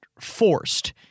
forced